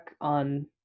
on